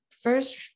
First